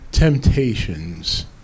Temptations